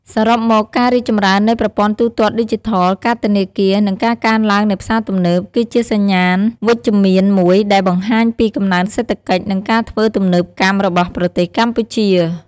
សរុបមក ការរីកចម្រើននៃប្រព័ន្ធទូទាត់ឌីជីថល កាតធនាគារ និងការកើនឡើងនៃផ្សារទំនើប គឺជាសញ្ញាណវិជ្ជមានមួយដែលបង្ហាញពី កំណើនសេដ្ឋកិច្ច និងការធ្វើទំនើបកម្មរបស់ប្រទេសកម្ពុជា។